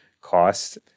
cost